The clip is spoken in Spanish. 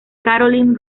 caroline